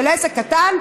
של עסק קטן,